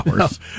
hours